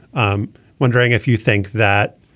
i'm wondering if you think that.